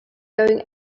going